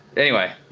anyway,